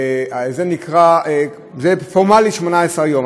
זה פורמלית 18 יום,